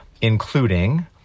including